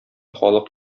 халык